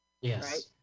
Yes